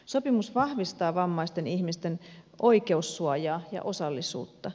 sopimus vahvistaa vammaisten ihmisten oikeussuojaa ja osallisuutta